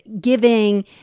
giving